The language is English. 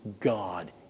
God